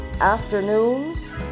afternoons